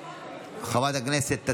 וקבוצת חברי הכנסת.